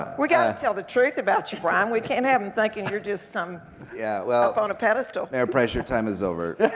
we gotta tell the truth about you brian. we can't have em thinking you're just some yeah well. up on a pedestal. mayor price, your time is over.